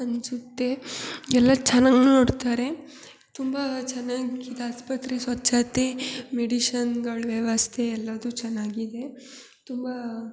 ಅನ್ಸುತ್ತೆ ಎಲ್ಲ ಚೆನ್ನಾಗಿ ನೋಡ್ತಾರೆ ತುಂಬ ಚನಾಗಿದ್ ಆಸ್ಪತ್ರೆ ಸ್ವಚ್ಛತೆ ಮೆಡಿಶನ್ಗಳ್ ವ್ಯವಸ್ತೆ ಎಲ್ಲದು ಚೆನ್ನಾಗಿದೆ ತುಂಬ